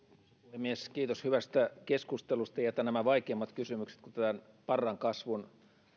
puhemies kiitos hyvästä keskustelusta jätän nämä vaikeimmat kysymykset kuten parrankasvun